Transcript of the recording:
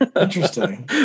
Interesting